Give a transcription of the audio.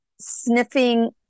sniffing